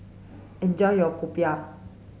enjoy your popiah